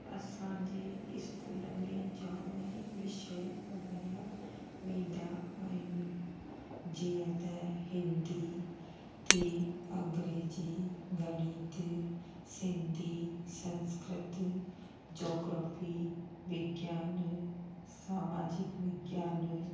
असांजे स्कूल में जाम विषय पढ़ायां वेंदा आहिनि जीअं त हिंदी थी अंग्रेजी गणित सिंधी संस्कृत जॉग्रफ़ी विज्ञान सामाजिक विज्ञान